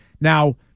Now